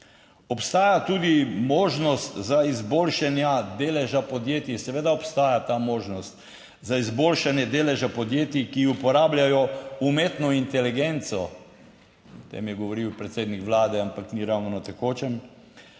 obstaja ta možnost za izboljšanje deleža podjetij, ki uporabljajo umetno inteligenco - o tem je govoril predsednik vlade, ampak ni ravno na tekočem